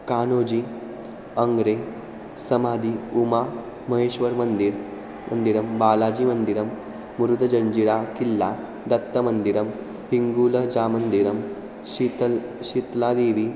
कानोजी अङ्ग्रे समाधिः उमा महेश्वरः मन्दिरं मन्दिरं बालाजीमन्दिरं मुरुदजञ्जिरा किल्ला दत्तमन्दिरं हिङ्गूलजामन्दिरं शीतल् शीत्लादेवी